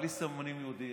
בלי סממנים יהודיים,